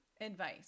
advice